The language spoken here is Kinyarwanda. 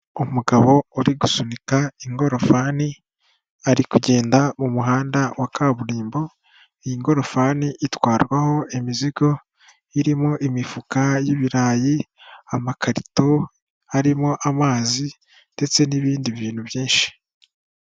Umugabo uri gusunika ingorofani ari kugenda mu muhanda wa kaburimbo, iyi ngorofani itwarwaho imizigo irimo imifuka y'ibirayi, amakarito arimo amazi ndetse n'ibindi bintu byinshi.